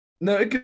No